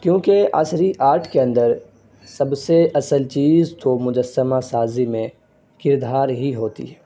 کیونکہ عصری آرٹ کے اندر سب سے اصل چیز تو مجسمہ سازی میں کردار ہی ہوتی ہے